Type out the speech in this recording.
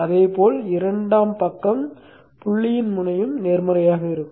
அதே போல் இரண்டாம் பக்கம் புள்ளியின் முனையும் நேர்மறையாக இருக்கும்